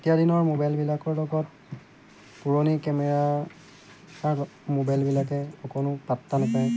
এতিয়া দিনৰ মোবাইলবিলাকৰ লগত পুৰণি কেমেৰা মোবাইলবিলাকে অকণো পাত্তা নাপায়